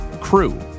Crew